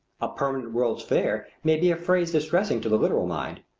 a permanent world's fair may be a phrase distressing to the literal mind.